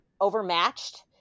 overmatched